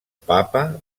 papa